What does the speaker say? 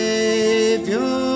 Savior